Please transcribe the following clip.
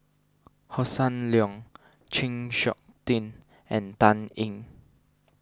Hossan Leong Chng Seok Tin and Dan Ying